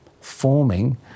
forming